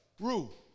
rule